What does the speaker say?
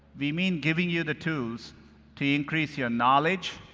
we mean giving you the tools to increase your knowledge,